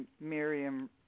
Miriam